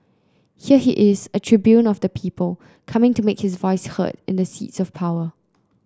here he is a tribune of the people coming to make his voice heard in the seats of power